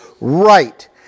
right